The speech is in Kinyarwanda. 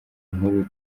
nkuru